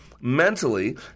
mentally